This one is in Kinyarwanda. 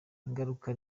ingaruka